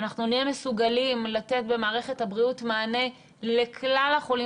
אנחנו נהיה מסוגלים לתת במערכת הבריאות מענה לכלל החולים